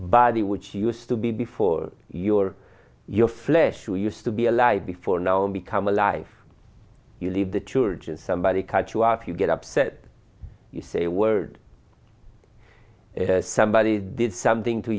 body which used to be before you or your flesh you used to be alive before now and become a life you leave the church and somebody cut you off you get upset you say a word somebody did something to